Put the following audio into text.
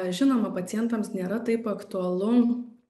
žinoma pacientams nėra taip aktualu